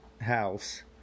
house